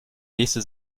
nächste